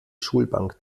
schulbank